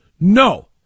No